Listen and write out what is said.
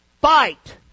Fight